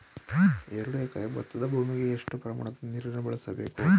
ಎರಡು ಎಕರೆ ಭತ್ತದ ಭೂಮಿಗೆ ಎಷ್ಟು ಪ್ರಮಾಣದ ನೀರನ್ನು ಬಳಸಬೇಕು?